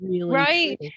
right